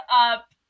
up